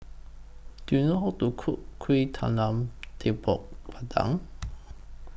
Do YOU know How to Cook Kuih Talam Tepong Pandan